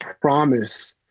promise